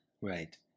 Right